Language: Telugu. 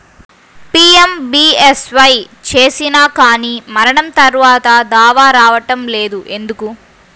పీ.ఎం.బీ.ఎస్.వై చేసినా కానీ మరణం తర్వాత దావా రావటం లేదు ఎందుకు?